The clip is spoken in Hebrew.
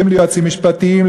ליועצים משפטיים,